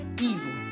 easily